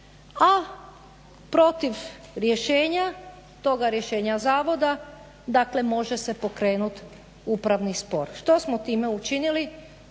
a protiv rješenja toga rješenja zavoda može se pokrenuti upravni spor. Što smo time učinili?